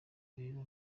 rero